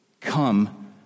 Come